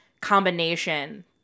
combination